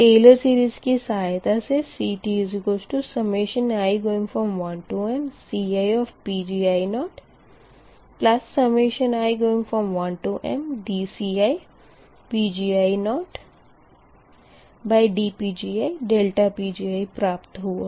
Taylor's series की सहायता से CTi1mCiPgi0i1mdCiPgi0dPgiPgi प्राप्त होगा